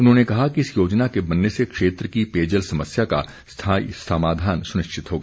उन्होंने कहा कि इस योजना के बनने से क्षेत्र की पेयजल समस्या का स्थायी समाधान सुनिश्चित होगा